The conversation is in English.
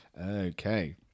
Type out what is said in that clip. okay